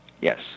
Yes